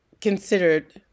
considered